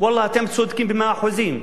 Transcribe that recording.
ואללה אתם צודקים במאת אחוזים,